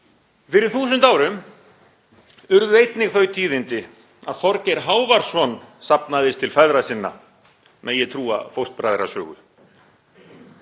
Fyrir þúsund árum urðu einnig þau tíðindi að Þorgeir Hávarsson safnaðist til feðra sinna, megi trúa Fóstbræðra sögu.